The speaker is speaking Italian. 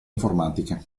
informatiche